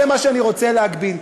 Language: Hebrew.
זה מה שאני רוצה להגביל.